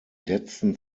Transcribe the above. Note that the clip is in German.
letzten